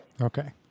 Okay